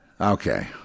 Okay